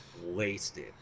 wasted